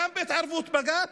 גם בהתערבות בג"ץ,